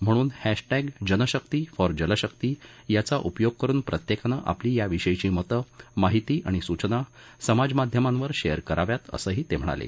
म्हणून hashtag Janshakti for Jalshakti याचा उपयोग करून प्रत्येकानं आपली या विषयीची मतं माहिती आणि सूचना समाज माध्यमांवर शेअर कराव्यात असंही ते म्हणाले